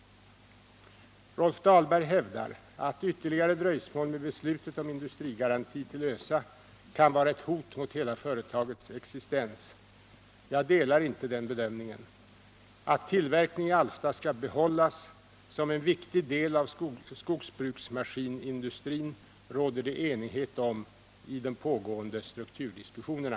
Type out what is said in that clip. Rolf Dahlberg hävdar att ytterligare dröjsmål med beslutet om industrigaranti till ÖSA kan vara ett hot mot hela företagets existens. Jag delar inte denna bedömning. Att tillverkning i Alfta skall behållas som en viktig del av skogsbruksmaskinindustrin råder det enighet om i de pågående strukturdiskussionerna.